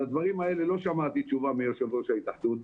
על זה לא שמעתי תשובה מיושב-ראש ההתאחדות.